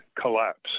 collapse